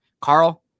carl